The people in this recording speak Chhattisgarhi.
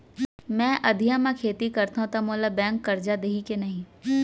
मैं अधिया म खेती करथंव त मोला बैंक करजा दिही के नही?